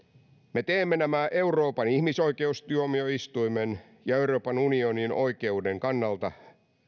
me teemme nämä euroopan ihmisoikeustuomioistuimen ja euroopan unionin oikeuden kannalta